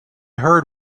heard